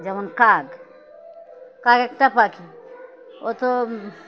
যেমন কাক কাক একটা পাখি ও তো